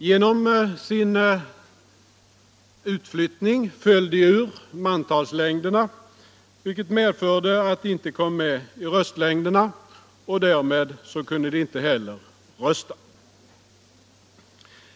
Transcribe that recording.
Genom sin utflyttning föll de ur mantalslängderna, vilket medförde att de inte kom med i röstlängderna, och därmed kunde de inte heller rösta.